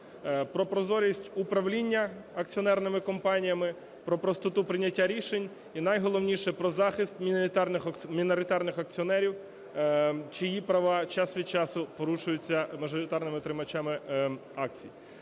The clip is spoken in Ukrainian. Про прозорість управління акціонерними компаніями. Про простоту прийняття рішень. І найголовніше – про захист міноритарних акціонерів чиї права час від часу порушуються мажоритарними тримачами акцій.